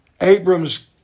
Abram's